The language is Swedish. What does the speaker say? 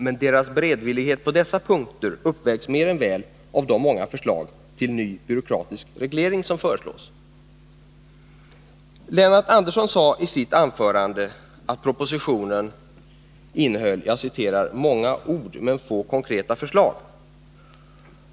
Men deras beredvillighet på dessa punkter uppvägs mer än väl av de många förslag till ny byråkratisk reglering som föreslås. Lennart Andersson sade i sitt anförande att propositionen innehöll många ord men få konkreta förslag.